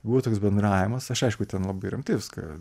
buvo toks bendravimas aš aišku ten labai rimtai viską